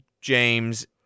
James